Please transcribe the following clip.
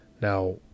now